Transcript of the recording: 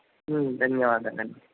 ధన్యవాదాలు అండి